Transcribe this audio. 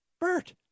Bert